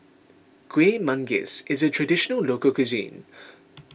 Kuih Manggis is a Traditional Local Cuisine